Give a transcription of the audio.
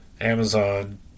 Amazon